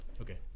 Okay